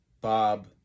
Bob